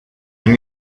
even